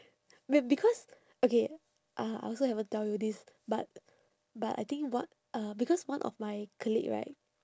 m~ because okay uh I also haven't tell you this but but I think o~ uh because one of my colleague right